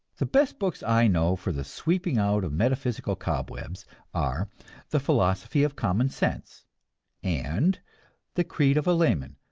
the best books i know for the sweeping out of metaphysical cobwebs are the philosophy of common sense and the creed of a layman,